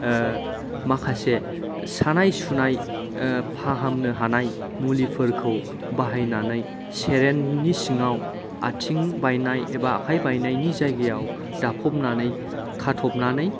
माखासे सानाय सुनाय फाहामनो हानाय मुलिफोरखौ बाहायनानै सेरेननि सिङाव आथिं बायनाय एबा आखाइ बायनायनि जायगायाव दाफबनानै खाथबनानै